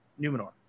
numenor